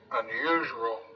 unusual